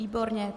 Výborně.